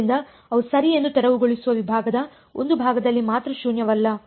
ಆದ್ದರಿಂದ ಅವು ಸರಿ ಎಂದು ತೆರವುಗೊಳಿಸುವ ವಿಭಾಗದ ಒಂದು ಭಾಗದಲ್ಲಿ ಮಾತ್ರ ಶೂನ್ಯವಲ್ಲ